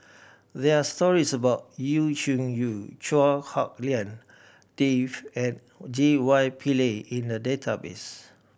there're stories about Yu Zhuye Chua Hak Lien Dave and J Y Pillay in the database